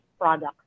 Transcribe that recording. product